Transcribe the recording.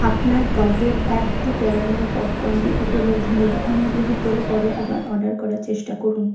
আপনার কার্টের act two caramel পপকর্নটি উপলব্ধ নেই অনুগ্রহ করে পরে আবার অর্ডার করার চেষ্টা করুন